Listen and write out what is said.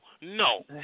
No